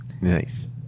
Nice